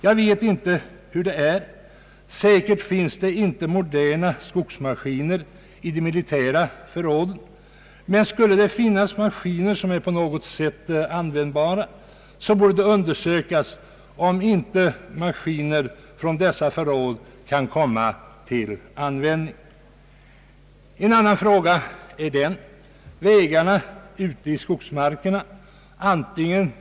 Jag vet inte hur det är, men jag förmodar att det inte finns moderna skogsmaskiner i de militära förråden. Skulle det emellertid där finnas maskiner som är på något sätt användbara, så borde det undersökas om inte maskiner från dessa förråd kan komma till användning. En annan fråga är den att vägarna ute i skogsmarkerna inte håller.